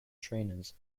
trainers